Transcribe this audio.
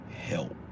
help